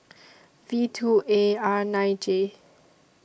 V two A R nine J